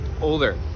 older